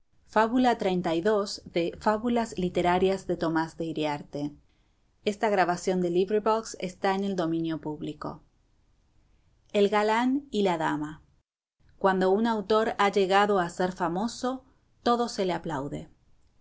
fábula xxxii el galán y la dama cuando un autor ha llegado a ser famoso todo se le aplaude